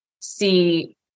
see